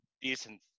decent